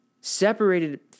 separated